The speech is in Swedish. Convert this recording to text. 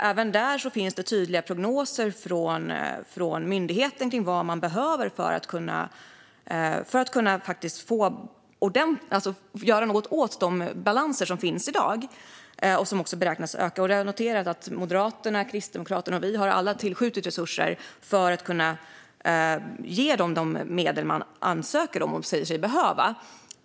Även där finns det tydliga prognoser från myndigheten gällande vad den behöver för att kunna göra något åt de obalanser som finns i dag - och som beräknas öka. Jag har noterat att Moderaterna, Kristdemokraterna och vi alla har tillskjutit resurser för att kunna ge myndigheten de medel den ansöker om och säger sig behöva.